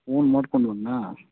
phone ಮಾಡ್ಕೊಂಡು